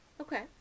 Okay